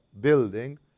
building